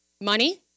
Money